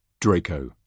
Draco